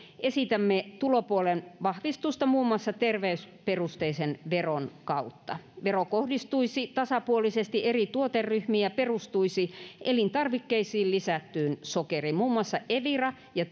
esitämme tulopuolen vahvistusta muun muassa terveysperusteisen veron kautta vero kohdistuisi tasapuolisesti eri tuoteryhmiin ja perustuisi elintarvikkeisiin lisättyyn sokeriin muun muassa evira ja